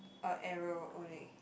a arrow only